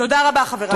תודה רבה, חברי.